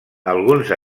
alguns